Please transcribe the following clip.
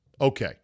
Okay